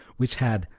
which had,